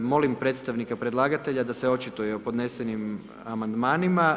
Molim predstavnika predlagatelja da se očituje o podnesenim amandmanima.